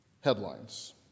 headlines